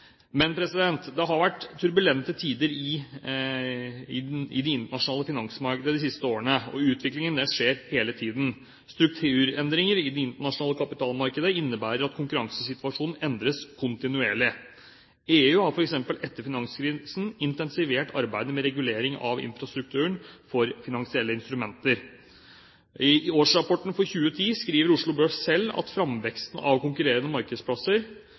Men det har vært turbulente tider i de internasjonale finansmarkedene de siste årene, og utvikling skjer hele tiden. Strukturendringer i det internasjonale kapitalmarkedet innebærer at konkurransesituasjonen endres kontinuerlig. EU har f.eks. etter finanskrisen intensivert arbeidet med regulering av infrastrukturen for finansielle instrumenter. I årsrapporten for 2010 skriver Oslo Børs selv: «Fremveksten av konkurrerende markedsplasser